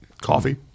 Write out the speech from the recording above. Coffee